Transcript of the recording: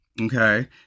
Okay